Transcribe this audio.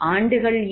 ஆண்டுகள் ஏன்